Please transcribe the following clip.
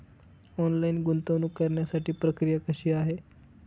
Online गुंतवणूक करण्यासाठी प्रक्रिया कशी आहे?